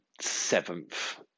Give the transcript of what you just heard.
seventh